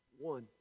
One